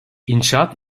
i̇nşaat